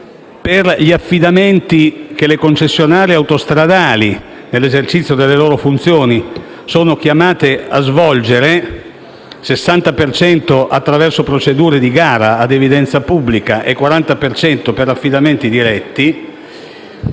per gli affidamenti che le concessionarie autostradali, nell'esercizio delle loro funzioni, sono chiamate a svolgere: 60 per cento attraverso procedure di gara ad evidenza pubblica e 40 per cento per affidamenti diretti.